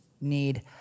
need